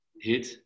hit